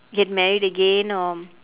get married again or